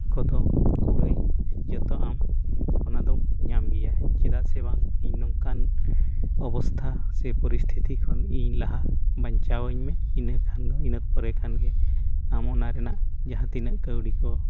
ᱠᱚᱫᱚ ᱠᱩᱲᱟᱹᱭ ᱡᱚᱛᱚ ᱟᱢ ᱚᱱᱟᱫᱚᱢ ᱧᱟᱢ ᱜᱮᱭᱟ ᱪᱮᱫᱟᱜ ᱥᱮ ᱵᱟᱝ ᱤᱧ ᱱᱚᱝᱠᱟᱱ ᱚᱵᱚᱥᱛᱷᱟ ᱥᱮ ᱯᱚᱨᱤᱥᱛᱷᱤᱛᱤ ᱠᱷᱚᱱ ᱤᱧ ᱞᱟᱦᱟ ᱵᱟᱧᱪᱟᱣᱤᱧ ᱢᱮ ᱤᱱᱟᱹ ᱠᱷᱟᱱᱫᱚ ᱤᱱᱟᱹ ᱯᱚᱨᱮ ᱠᱷᱟᱱᱮ ᱟᱢ ᱚᱱᱟ ᱨᱮᱱᱟᱜ ᱡᱟᱦᱟᱸ ᱛᱤᱱᱟᱹᱜ ᱠᱟᱹᱣᱰᱤ ᱠᱚ